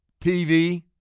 TV